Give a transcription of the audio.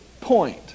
point